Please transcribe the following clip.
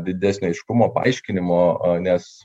didesnio aiškumo paaiškinimo nes